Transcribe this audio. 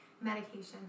medication